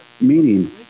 meaning